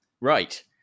Right